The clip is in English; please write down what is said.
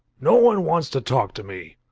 no one wants to talk to me.